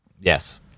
Yes